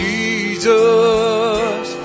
Jesus